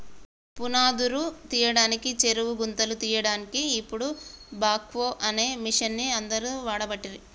పునాదురు తీయడానికి చెరువు గుంతలు తీయడాన్కి ఇపుడు బాక్వో అనే మిషిన్ని అందరు వాడబట్టిరి